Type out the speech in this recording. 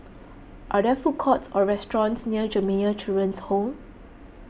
are there food courts or restaurants near Jamiyah Children's Home